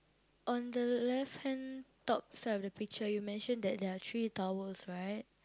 on the left-hand top side of the picture you mention that there are three towels right